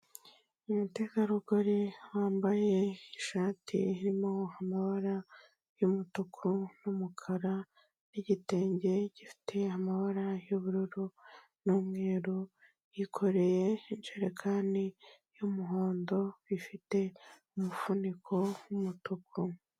Umutegarugori wambaye ishati irimo amabara y'umutuku n'umukara, n'igitenge gifite amabara y'ubururu n'umweru, yikoreye injerekani y'umuhondo, ifite umufuniko w'umutuku.